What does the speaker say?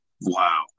Wow